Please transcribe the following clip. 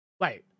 Wait